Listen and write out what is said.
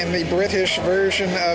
and the british version